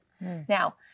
Now